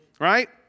right